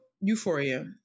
Euphoria